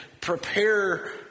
prepare